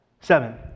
Seven